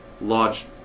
Lodge